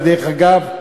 ודרך אגב,